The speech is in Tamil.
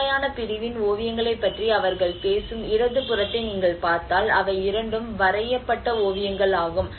மஹாயான பிரிவின் ஓவியங்களைப் பற்றி அவர்கள் பேசும் இடதுபுறத்தை நீங்கள் பார்த்தால் அவை இரண்டும் வரையப்பட்ட ஓவியங்கள் ஆகும்